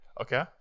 Okay